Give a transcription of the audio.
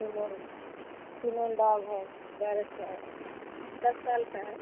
female female dog है बारह सा साल दस साल का है